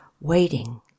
waiting